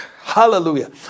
Hallelujah